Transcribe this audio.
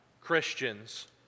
Christians